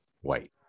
White